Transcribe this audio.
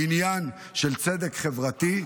היא עניין של צדק חברתי,